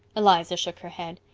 eliza shook her head.